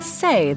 say